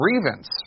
grievance